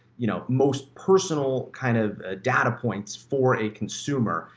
you know, most personal kind of data points for a consumer.